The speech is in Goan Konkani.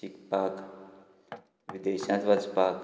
शिकपाक विदेशांत वचपाक